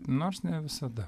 nors ne visada